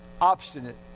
obstinate